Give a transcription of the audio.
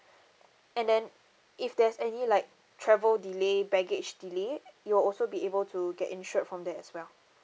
and then if there's any like travel delay baggage delay you'll also be able to get insured from there as well